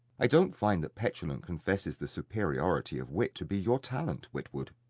i don't find that petulant confesses the superiority of wit to be your talent, witwoud.